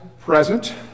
present